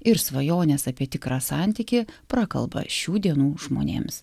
ir svajonės apie tikrą santykį prakalba šių dienų žmonėms